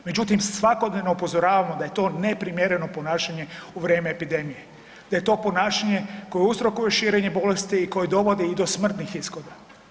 Međutim, svakodnevno upozoravamo da je to neprimjereno ponašanje u vrijeme epidemije, da je to ponašanje koje uzrokuje širenje bolesti i koje dovodi i do smrtnih ishoda.